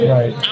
Right